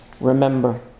remember